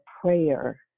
prayer